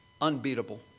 unbeatable